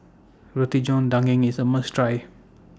Roti John Daging IS A must Try